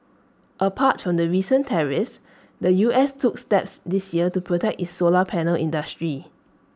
apart from the recent tariffs the U S took steps this year to protect its solar panel industry